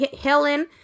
Helen